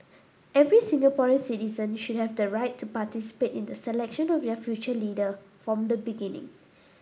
every Singapore citizen should have the right to participate in the selection of their future leader from the beginning